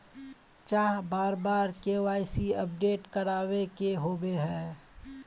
चाँह बार बार के.वाई.सी अपडेट करावे के होबे है?